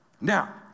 Now